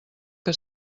que